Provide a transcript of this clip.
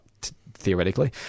theoretically